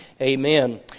Amen